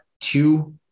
two